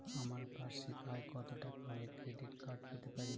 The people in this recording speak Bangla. আমার বার্ষিক আয় কত টাকা হলে ক্রেডিট কার্ড পেতে পারি?